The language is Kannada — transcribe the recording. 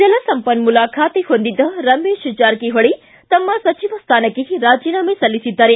ಜಲಸಂಪನ್ನೂಲ ಖಾತೆ ಹೊಂದಿದ್ದ ರಮೇಶ್ ಜಾರಕಿಹೊಳಿ ತಮ್ಮ ಸಚಿವ ಸ್ಥಾನಕ್ಕೆ ರಾಜೀನಾಮೆ ಸಲ್ಲಿಸಿದ್ದಾರೆ